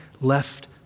left